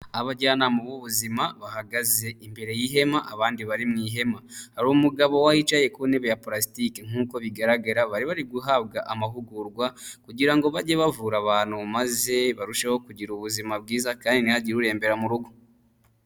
Abajyanama b'ubuzima bahagaze imbere y'ihema abandi bari mu ihema, hari umugabo we wicaye ku ntebe ya purasike nk' uko bigaragara bari bari guhabwa amahugurwa, kugira ngo bajye bavura abantu maze barusheho kugira ubuzima bwiza kandi ntihagire urembera mu rugo.